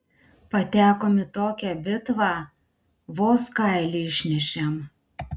patekom į tokią bitvą vos kailį išnešėm